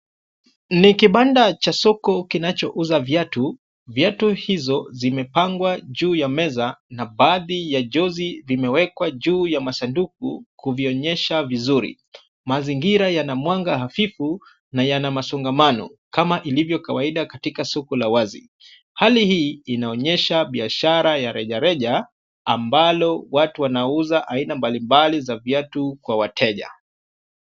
Ni kibanda cha soko kinachouza viatu. Viatu hizo zimepangwa juu ya meza na baadhi ya jozi vimewekwa juu ya masanduku kuvionyesha vizuri. Mazingira yana mwanga hafifu na yana masongamano kama ilivyo kawaida katika soko la wazi. Hali hii inaonyesha biashara ya rejareja ambalo watu wanauza aina mbalimbali za viatu kwa wateja.